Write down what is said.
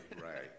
right